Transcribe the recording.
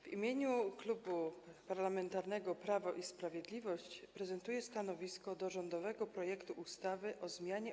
W imieniu Klubu Parlamentarnego Prawo i Sprawiedliwość prezentuję stanowisko wobec rządowego projektu ustawy o zmianie